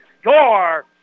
score